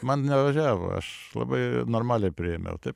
man nevažiavo aš labai normaliai priėmiau taip